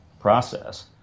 process